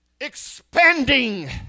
expanding